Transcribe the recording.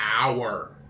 hour